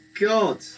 god